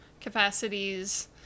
capacities